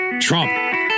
Trump